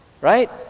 right